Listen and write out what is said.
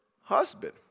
husband